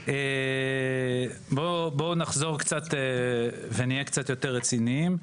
בואו נחזור ונהיה קצת יותר רציניים.